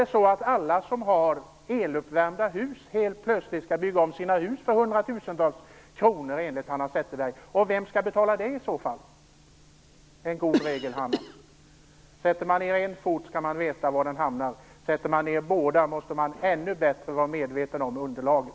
Zetterberg, helt plötsligt bygga om sina hus för hundratusentals kronor? Vem skall betala det, i så fall? Det är en god regel, Hanna Zetterberg: Sätter man ned en fot skall man veta var den hamnar. Sätter man ned båda måste man ännu bättre vara medveten om underlaget.